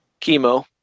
Chemo